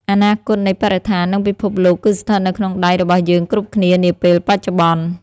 អនាគតនៃបរិស្ថាននិងពិភពលោកគឺស្ថិតនៅក្នុងដៃរបស់យើងគ្រប់គ្នានាពេលបច្ចុប្បន្ន។អនាគតនៃបរិស្ថាននិងពិភពលោកគឺស្ថិតនៅក្នុងដៃរបស់យើងគ្រប់គ្នានាពេលបច្ចុប្បន្ន។